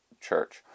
church